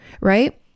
right